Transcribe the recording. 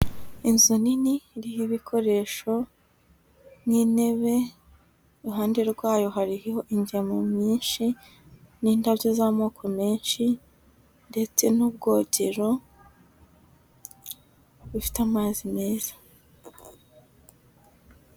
Inzu nini iriho ibikoresho nk'intebe, iruhande rwayo hariho ingemwe nyinshi, n'indabyo z'amoko menshi ndetse n'ubwogero bifite amazi meza.